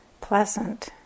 pleasant